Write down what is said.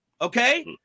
okay